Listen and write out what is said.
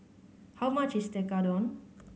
how much is Tekkadon